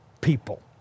people